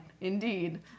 Indeed